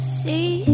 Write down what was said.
see